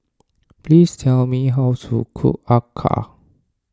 please tell me how to cook Acar